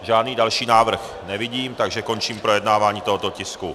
Žádný další návrh nevidím, takže končím projednávání tohoto tisku.